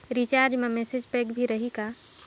Recharge मा message pack भी रही का?